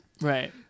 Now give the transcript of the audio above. Right